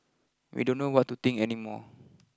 we don't know what to think any more